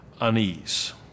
unease